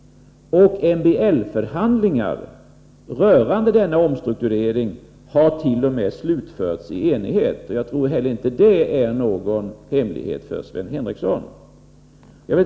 MBL-förhandlingar rörande denna omstrukturering har t.o.m. slutförts i enighet. Jag tror inte heller att det är någon hemlighet för Sven Henricsson.